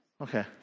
Okay